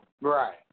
Right